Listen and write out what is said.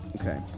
Okay